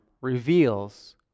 reveals